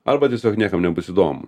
arba tiesiog niekam nebus įdomu